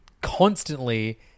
constantly